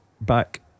back